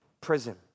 prison